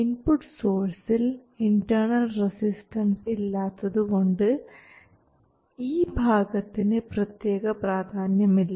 input സോഴ്സിൽ internal resistance ഇല്ലാത്തതുകൊണ്ട് ഈ ഭാഗത്തിന് പ്രത്യേക പ്രാധാന്യമില്ല